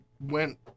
went